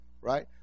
right